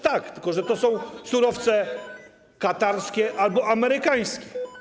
Tak, tylko że to są surowce katarskie albo amerykańskie.